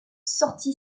sorti